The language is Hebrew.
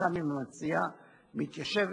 סוכם עם המציע על תיקון